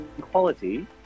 Quality